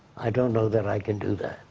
i don't know that i can do that.